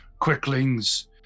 quicklings